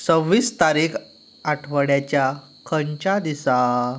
सव्वीस तारीख आठवड्याच्या खंयच्या दिसा